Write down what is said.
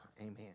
amen